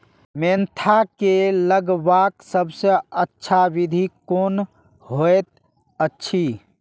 Mentha के लगवाक सबसँ अच्छा विधि कोन होयत अछि?